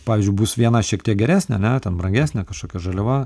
pavyzdžiui bus viena šiek tiek geresnė ane ten brangesnė kažkokia žaliava